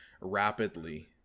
rapidly